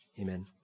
Amen